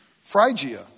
Phrygia